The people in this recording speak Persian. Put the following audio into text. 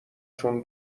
چون